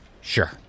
Sure